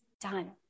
done